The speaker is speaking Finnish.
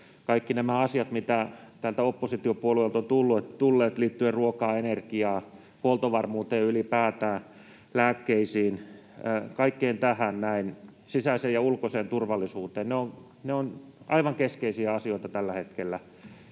Kaikki nämä asiat, mitä täältä oppositiopuolueilta on tullut liittyen ruokaan, energiaan, huoltovarmuuteen ylipäätään, lääkkeisiin, kaikkeen tähän näin, sisäiseen ja ulkoiseen turvallisuuteen, ovat aivan keskeisiä asioita tällä hetkellä.